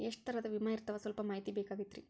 ಎಷ್ಟ ತರಹದ ವಿಮಾ ಇರ್ತಾವ ಸಲ್ಪ ಮಾಹಿತಿ ಬೇಕಾಗಿತ್ರಿ